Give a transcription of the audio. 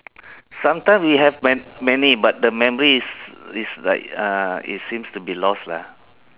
sometime we have man~ many but the memory is is like uh it seems to be lost lah